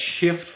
shift